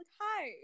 Hi